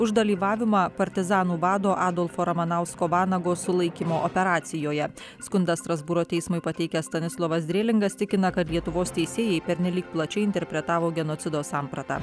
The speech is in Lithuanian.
už dalyvavimą partizanų vado adolfo ramanausko vanago sulaikymo operacijoje skundą strasbūro teismui pateikęs stanislovas drilingas tikina kad lietuvos teisėjai pernelyg plačiai interpretavo genocido sampratą